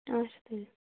آچھا تُلِو